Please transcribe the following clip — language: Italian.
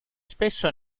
spesso